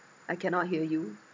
I cannot hear you ah